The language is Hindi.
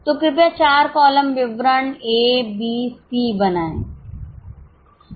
तो कृपया चार कॉलम विवरण ए बी सी बनाएं